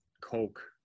Coke